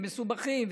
מסובכים,